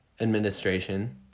administration